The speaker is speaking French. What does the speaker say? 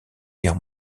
guerre